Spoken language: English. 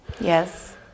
Yes